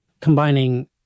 Combining